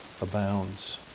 abounds